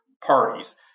parties